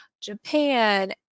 Japan